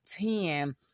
ten